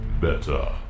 Better